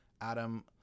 Adam